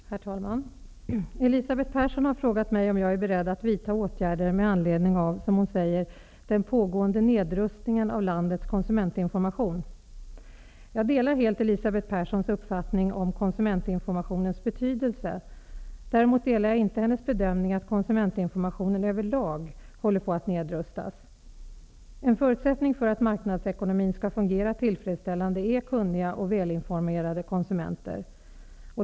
Herr talman! Elisabeth Persson har frågat mig om jag är beredd att vidta åtgärder med anledning av -- som hon säger -- ''den pågående nedrustningen av landets konsumentinformation''. Jag delar helt Elisabeth Perssons uppfattning om konsumentinformationens betydelse. Däremot delar jag inte hennes bedömning att konsumentinformationen över lag håller på att nedrustas. En förutsättning för att marknadsekonomin skall fungera tillfredsställande är kunniga och välinformerade konsumenter.